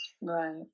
Right